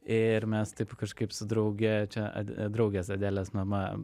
ir mes taip kažkaip su drauge čia a draugės adelės mama